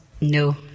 no